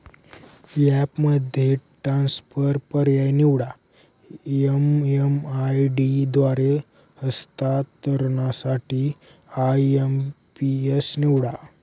ॲपमध्ये ट्रान्सफर पर्याय निवडा, एम.एम.आय.डी द्वारे हस्तांतरणासाठी आय.एम.पी.एस निवडा